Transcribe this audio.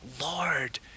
Lord